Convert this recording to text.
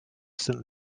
saint